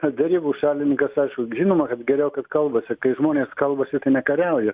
derybų šalininkas aišku žinoma kad geriau kad kalbasi kai žmonės kalbasi tai nekariauja